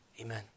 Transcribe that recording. Amen